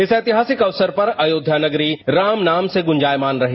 इस ऐतिहासिक अवसर पर अयोध्या नगरी राम नाम से गुंजायमान रही